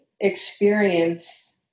experience